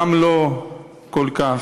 גם לא כל כך,